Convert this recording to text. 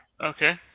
Okay